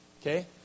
Okay